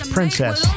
Princess